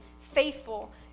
faithful